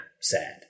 sad